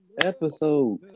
Episode